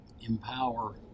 empower